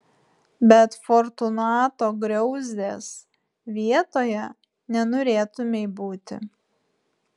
bet fortunato griauzdės vietoje nenorėtumei būti